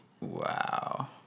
Wow